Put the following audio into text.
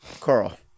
carl